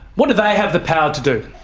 what do they have the power to do?